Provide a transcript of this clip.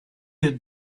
had